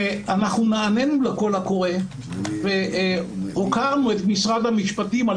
ונענינו לקול הקורא והוקרנו את משרד המשפטים על